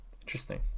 interesting